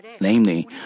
Namely